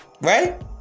right